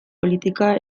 politika